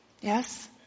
yes